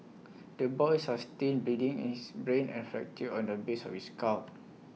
the boy sustained bleeding in his brain and fracture on the base of his skull